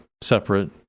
Separate